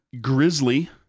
grizzly